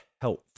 health